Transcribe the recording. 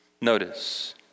Notice